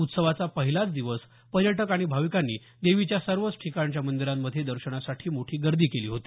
उत्सवाचा पहिलाच दिवस पर्यटक आणि भाविकांनी देवीच्या सर्वच ठिकाणच्या मंदिरांमध्ये दर्शनासाठी मोठी गर्दी केली होती